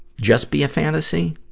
just be a fantasy,